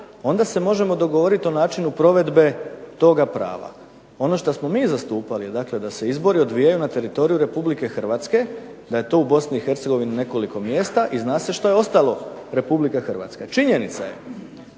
onda se možemo dogovoriti o načinu provedbe toga prava. Ono što smo mi zastupali je da se izbori odvijaju na teritoriju Republike Hrvatske, da je to u Bosni i Hercegovini nekoliko mjesta i zna se što je ostalo, Republika Hrvatska. Činjenica je